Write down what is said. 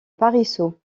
parisot